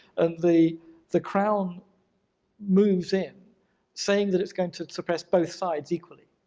and the the crown moves in saying that it's going to suppress both sides equally.